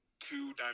two